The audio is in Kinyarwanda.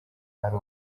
ari